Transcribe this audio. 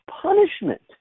punishment